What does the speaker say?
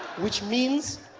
which means,